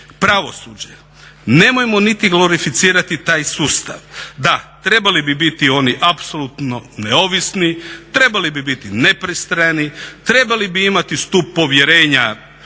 Pravosuđe, nemojmo niti glorificirati taj sustav. Da, trebali bi biti oni apsolutno neovisni, trebali bi biti nepristrani, trebali bi imati stup povjerenja